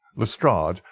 lestrade,